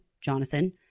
Jonathan